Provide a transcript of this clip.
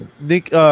Nick